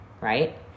Right